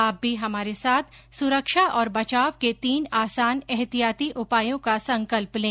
आप भी हमारे साथ सुरक्षा और बचाव के तीन आसान एहतियाती उपायों का संकल्प लें